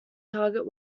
target